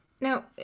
Now